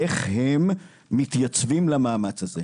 איך הם מתייצבים למאמץ הזה.